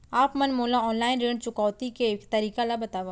आप मन मोला ऑनलाइन ऋण चुकौती के तरीका ल बतावव?